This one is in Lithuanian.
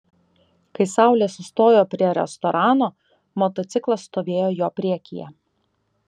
kai saulė sustojo prie restorano motociklas stovėjo jo priekyje